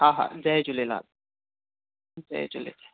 हा हा जय झूलेलाल जय झूलेलाल